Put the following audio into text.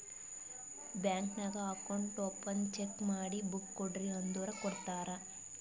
bank ನಾಗ್ account open cheque ಮಾಡಿ book ಕೊಡ್ರಿ ಅಂದುರ್ ಕೊಡ್ತಾರ್